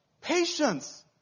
Patience